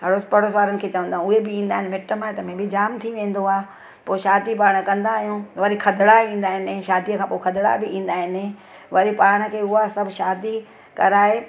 अड़ोस पड़ोस वारनि खे चवंदा आहियूं उहे बि ईंदा आहिनि मिटु माइट में बि जाम थी वेंदो आहे पोइ शादी पाण कंदा आहियूं वरी खदिड़ा ईंदा आहिनि ऐं शादीअ खां पो खदड़ा बि ईंदा आहिनि वरी पाण खे उहा सभु शादी कराए